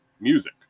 music